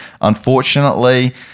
Unfortunately